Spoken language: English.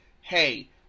hey